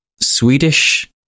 Swedish